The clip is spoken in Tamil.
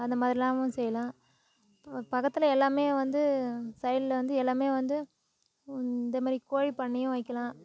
அந்த மாதிரிலாவும் செய்யலாம் பக்கத்தில் எல்லாமே வந்து சைடில் வந்து எல்லாமே வந்து இந்த மாரி கோழி பண்ணையும் வைக்கலாம்